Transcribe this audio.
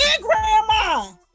Grandma